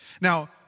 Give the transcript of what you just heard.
Now